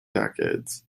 decades